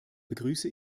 begrüße